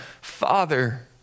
Father